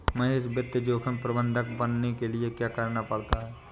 महेश वित्त जोखिम प्रबंधक बनने के लिए क्या करना पड़ता है?